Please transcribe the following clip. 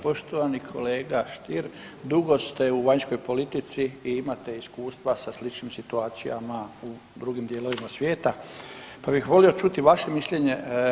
Poštovani kolega Stier, dugo ste u vanjskoj politici i imate iskustva sa sličnim situacijama u drugim dijelovima svijeta, pa bih volio čuti vaše mišljenje.